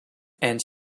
and